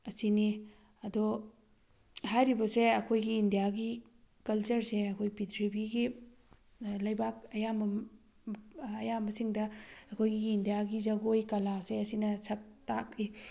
ꯑꯁꯤꯅꯤ ꯑꯗꯣ ꯍꯥꯏꯔꯤꯕꯁꯦ ꯑꯩꯈꯣꯏꯒꯤ ꯏꯟꯗꯤꯌꯥꯒꯤ ꯀꯜꯆꯔꯁꯦ ꯑꯩꯈꯣꯏ ꯄꯤꯊ꯭ꯔꯤꯕꯤꯒꯤ ꯂꯩꯕꯥꯛ ꯑꯌꯥꯝꯕ ꯑꯌꯥꯝꯕꯁꯤꯡꯗ ꯑꯩꯈꯣꯏꯒꯤ ꯏꯟꯗꯤꯌꯥꯒꯤ ꯖꯒꯣꯏ ꯀꯂꯥꯁꯦ ꯑꯁꯤꯅ ꯁꯛ ꯇꯥꯛꯏ